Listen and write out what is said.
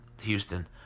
Houston